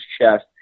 chest